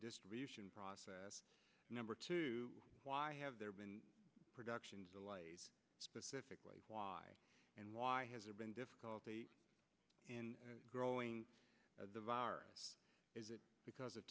distribution process number two why have there been productions specifically why and why has there been difficulty in growing the virus is it because